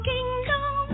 Kingdom